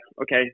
okay